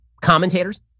commentators